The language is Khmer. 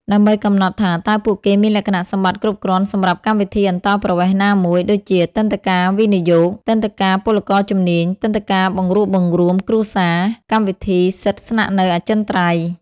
ដើម្បីកំណត់ថាតើពួកគេមានលក្ខណៈសម្បត្តិគ្រប់គ្រាន់សម្រាប់កម្មវិធីអន្តោប្រវេសន៍ណាមួយ ដូចជាទិដ្ឋាការវិនិយោគ ទិដ្ឋាការពលករជំនាញ ទិដ្ឋាការបង្រួបបង្រួមគ្រួសារ កម្មវិធីសិទ្ធិស្នាក់នៅអចិន្ត្រៃយ៍។